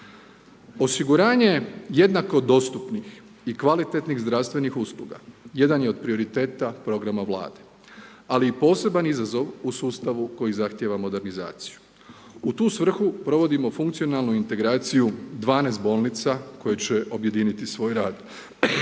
Osiguranje jednako dostupnih i kvalitetnih zdravstvenih usluga jedan je od prioriteta programa Vlade ali i poseban izazov u sustavu koji zahtjeva modernizaciju. U tu svrhu provodimo funkcionalnu integraciju 12 bolnica koje će objediniti svoj rad: